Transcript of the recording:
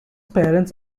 parents